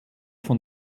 von